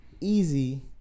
easy